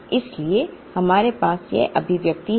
इसलिए हमारे पास यह अभिव्यक्ति है